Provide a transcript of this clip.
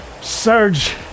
surge